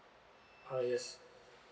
ah yes